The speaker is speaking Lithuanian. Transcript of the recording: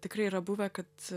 tikrai yra buvę kad